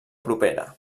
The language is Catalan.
propera